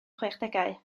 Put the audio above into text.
chwedegau